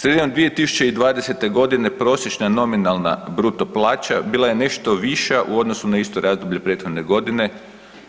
Sredinom 2020. godine prosječna nominalna bruto plaća bila je nešto viša u odnosu na isto razdoblje prethodne godine,